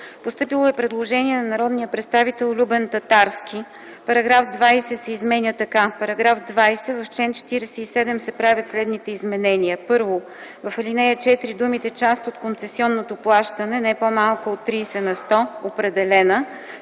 Постъпило е предложение на народния представител Любен Татарски: „Параграф 20 се изменя така: „§ 20. В чл. 47 се правят следните изменения: 1. В ал. 4 думите „част от концесионното плащане, не по-малка от 30 на сто, определена”